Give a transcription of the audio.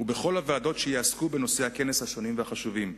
ובכל הוועדות שיעסקו בנושאי הכנס השונים והחשובים.